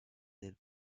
del